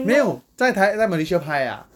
没有在台在 malaysia 拍啊